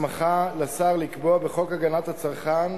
הסמכה לשר לקבוע בחוק הגנת הצרכן